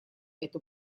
эту